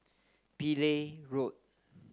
Pillai Road